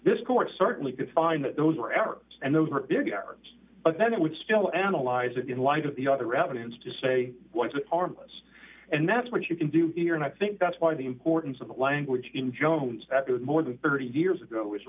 this court certainly could find that those were arabs and those are ignorant but then it would still analyze it in light of the other evidence to say what's an armless and that's what you can do here and i think that's why the importance of the language in jones more than thirty years ago